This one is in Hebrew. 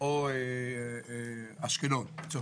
או אשקלון.